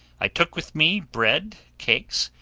i took with me bread, cakes,